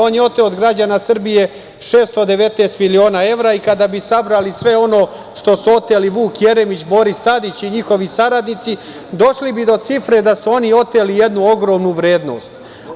On je oteo od građana Srbije 619 miliona evra i kada bi sabrali sve ono što su oteli Vuk Jeremić, Boris Tadić i njihovi saradnici, došli bi do cifre da su oni oteli jednu ogromnu vrednost.